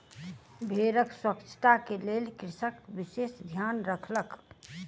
भेड़क स्वच्छता के लेल कृषक विशेष ध्यान रखलक